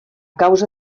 causa